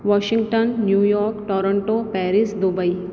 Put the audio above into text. Washington New York Toronto Paris Dubai